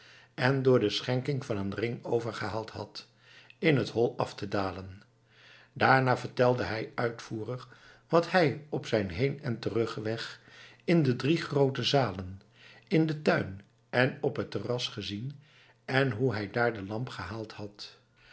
en door de schenking van een ring overgehaald had in het hol af te dalen daarna vertelde hij uitvoerig wat hij op zijn heen en terugweg in de drie groote zalen in den tuin en op het terras gezien en hoe hij daar de lamp gehaald had